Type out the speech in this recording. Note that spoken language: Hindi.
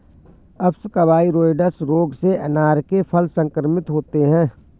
अप्सकवाइरोइड्स रोग से अनार के फल संक्रमित होते हैं